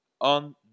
On